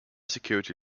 security